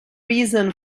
reason